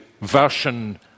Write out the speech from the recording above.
version